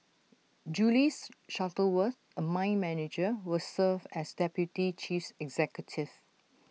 Julie's Shuttleworth A mine manager will serve as deputy cheese executive